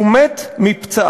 הוא מת מפצעיו.